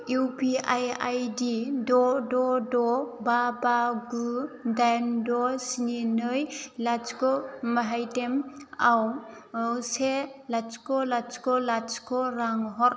UPI आइदि द' द' द' बा बा गु दाइन द' स्नि नै लाथिख' माहेटेमआव से लाथिख' लाथिख' लाथिख' रां हर